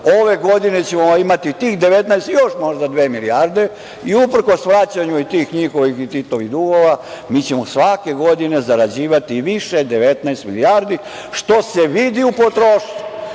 ove godine ćemo imati tih 19 i još možda dve milijarde i, uprkos vraćanju tih njihovih i Titovih dugova, mi ćemo svake godine zarađivati više, 19 milijardi, što se vidi u potrošnji.